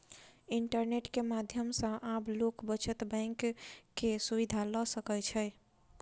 internet के माध्यम सॅ आब लोक बचत बैंक के सुविधा ल सकै छै